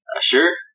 Sure